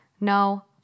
No